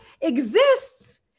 exists